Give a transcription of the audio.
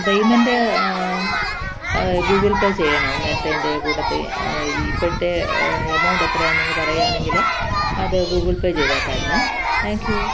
payment Google Pay ചെയ്യണോ നേർത്തേന്റ്റ കൂട്ടത്തില് ഇ ഇപ്പഴത്തേ എമൗണ്ട് എത്രയാണെന്ന് ഒന്ന് പറയാണെങ്കില് അത് ഗൂഗ്ൾ പേ ചെയ്തേക്കാര്ന്നെ താങ്ക് യു